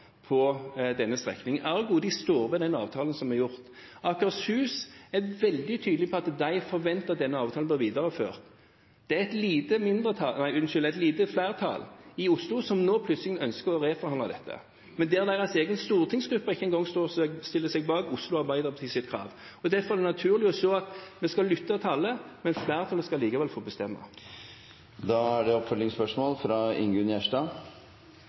på denne strekningen. Ergo står de ved den avtalen som er gjort. Akershus er veldig tydelig på at de forventer at denne avtalen blir videreført. Det er et lite flertall i Oslo som nå plutselig ønsker å reforhandle dette, men ikke engang Arbeiderpartiets egen stortingsgruppe stiller seg bak Oslo Arbeiderpartis krav. Derfor er det naturlig å se det slik at en skal lytte til alle, men flertallet skal likevel få bestemme. Det åpnes for oppfølgingsspørsmål – først Ingunn Gjerstad.